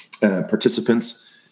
participants